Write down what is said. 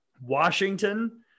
Washington